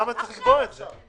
אז למה לקבוע את זה?